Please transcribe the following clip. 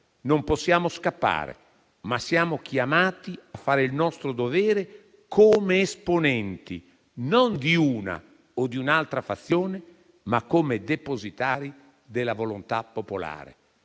non possiamo scappare, ma siamo chiamati a fare il nostro dovere non come esponenti di una o di un'altra fazione, ma come depositari della volontà popolare.